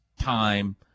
time